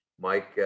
Mike